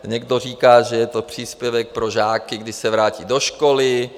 Někdo říká, že je to příspěvek pro žáky, když se vrátí do školy.